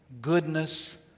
goodness